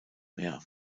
mehr